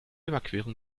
überquerung